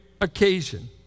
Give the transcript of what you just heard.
occasion